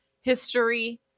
History